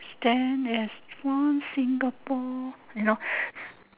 stand as one Singapore you know